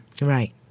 Right